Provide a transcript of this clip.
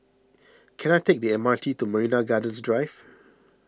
can I take the M R T to Marina Gardens Drive